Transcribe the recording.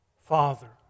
father